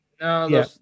No